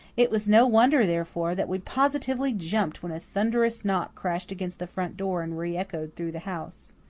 it was no wonder, therefore, that we positively jumped when a thunderous knock crashed against the front door and re-echoed through the house.